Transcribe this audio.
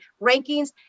rankings